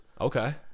Okay